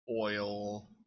oil